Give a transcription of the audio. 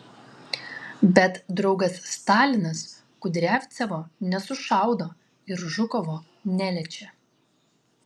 bet draugas stalinas kudriavcevo nesušaudo ir žukovo neliečia